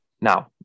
Now